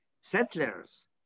settlers